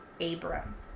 Abram